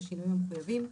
בשינויים המחויבים.